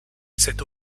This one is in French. cette